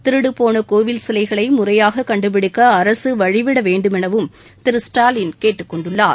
திருடு போன கோவில் சிலைகளை முறையாக கண்டுபிடிக்க அரசு வழிவிட வேண்டுமெனவும் திரு ஸ்டாலின் கேட்டுக் கொண்டுள்ளார்